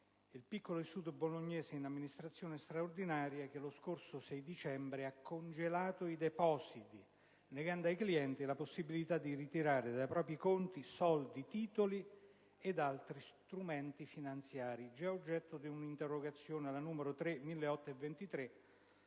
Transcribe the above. il piccolo istituto bolognese in amministrazione straordinaria che lo scorso 6 dicembre ha congelato i depositi, negando ai clienti la possibilità di ritirare dai propri conti soldi, titoli ed altri strumenti finanziari, già oggetto dell'atto di sindacato